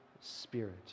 spirit